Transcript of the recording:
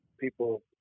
people